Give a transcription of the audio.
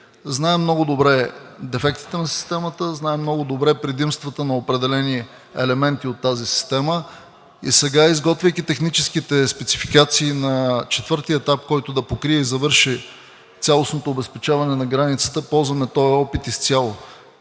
Знаем много добре дефектите на системата, знаем много добре предимствата на определени елементи от тази система и сега, изготвяйки техническите спецификации на четвъртия етап, който да покрие и завърши цялостното обезпечаване на границата, ползваме този опит изцяло.